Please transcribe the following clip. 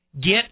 Get